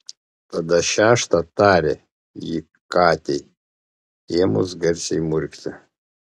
tada šeštą tarė ji katei ėmus garsiai murkti